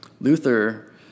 Luther